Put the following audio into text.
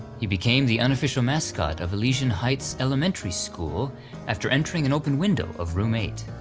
he became the unofficial mascot of elysian heights elementary school after entering an open window of room eight.